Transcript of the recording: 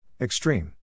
Extreme